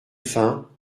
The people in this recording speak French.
fins